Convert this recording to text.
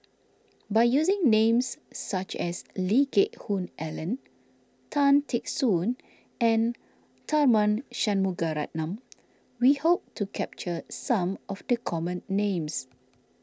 by using names such as Lee Geck Hoon Ellen Tan Teck Soon and Tharman Shanmugaratnam we hope to capture some of the common names